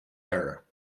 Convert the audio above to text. air